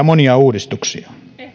monia mittavia uudistuksia